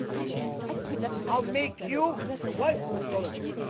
i'll make you ah i'll i'll make you the wife of the good ole adult